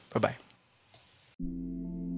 Bye-bye